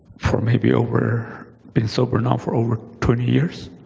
for maybe over been sober now for over twenty years.